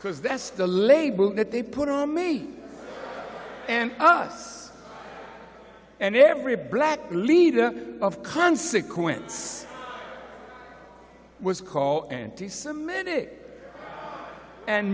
because that's the label that they put on me and us and every black leader of consequence was called an